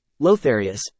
Lotharius